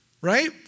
Right